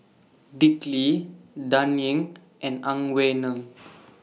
Dick Lee Dan Ying and Ang Wei Neng